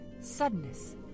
suddenness